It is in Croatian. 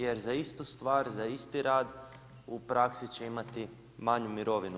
Jer za istu stvar, za isti rad u praksi će imati manju mirovinu.